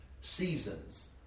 seasons